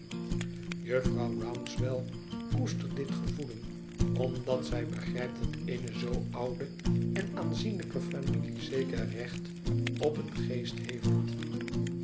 jufvrouw rouncewell koestert dit gevoelen omdat zij begrijpt dat eene zoo oude en aanzienlijke familie zeker recht op een geest heeft